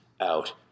out